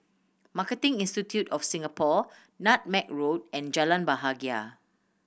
Marketing Institute of Singapore Nutmeg Road and Jalan Bahagia